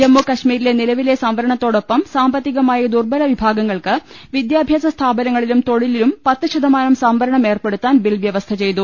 ജമ്മുകശ്മീരിലെ നില വിലെ സംവരണത്തോടൊപ്പം സാമ്പത്തികമായി ദുർബല വിഭാഗങ്ങൾക്ക് വിദ്യാഭ്യാസ സ്ഥാപനങ്ങളിലും തൊഴിലിലും പത്ത് ശതമാനം സംവരണം ഏർപ്പെടുത്താൻ ബിൽ വ്യവസ്ഥ ചെയ്യു